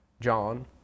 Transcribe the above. John